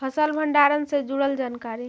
फसल भंडारन से जुड़ल जानकारी?